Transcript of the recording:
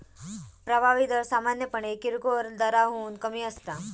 प्रभावी दर सामान्यपणे किरकोळ दराहून कमी असता